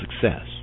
success